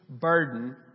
burden